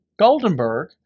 Goldenberg